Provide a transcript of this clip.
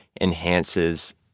enhances